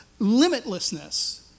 limitlessness